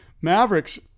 mavericks